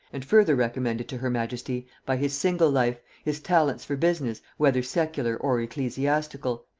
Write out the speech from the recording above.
and further recommended to her majesty by his single life, his talents for business, whether secular or ecclesiastical,